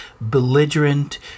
belligerent